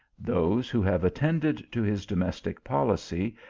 those who have attended to his domestic policy,